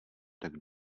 tak